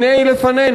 הנה היא לפנינו.